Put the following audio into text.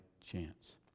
chance